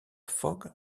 fogg